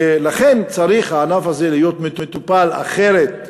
ולכן הענף צריך הזה להיות מטופל אחרת,